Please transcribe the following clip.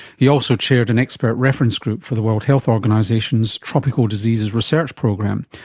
he also chaired an expert reference group for the world health organisation's tropical diseases research program,